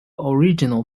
original